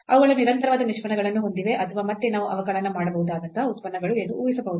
ಅವುಗಳು ನಿರಂತರವಾದ ನಿಷ್ಪನ್ನಗಳನ್ನು ಹೊಂದಿವೆ ಅಥವಾ ಮತ್ತೆ ನಾವು ಅವಕಲನ ಮಾಡಬಹುದಾದಂತಹ ಉತ್ಪನ್ನಗಳು ಎಂದು ಊಹಿಸಬಹುದು